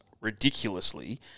ridiculously